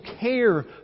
care